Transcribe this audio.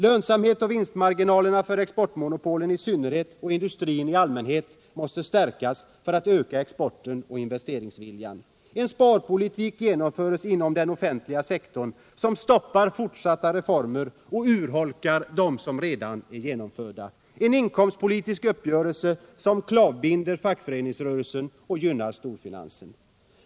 Lönsamheten och vinstmarginalerna för industrin i allmänhet och exportmonopolen i synnerhet måste stärkas för att öka exporten och investeringsviljan. 4. Inom den offentliga sektorn genomförs en sparpolitik, som stoppar fortsatta reformer och urholkar redan genomförda. S. En inkomstpolitisk uppgörelse träffas som klavbinder fackföreningsrörelsen och gynnar storfinansen.